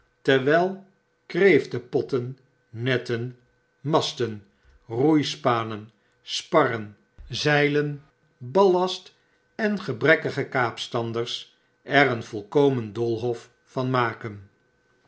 terwyi kreeftenpotten netten masten roeispanen sparren zeilen ballast en gebrekkige kaapstanders er een volkomen doolhof van maken